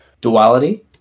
Duality